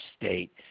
state